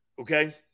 Okay